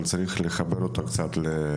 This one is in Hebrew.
אבל צריך לחבר אותו לתקציב.